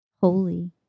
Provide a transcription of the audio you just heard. holy